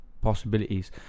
possibilities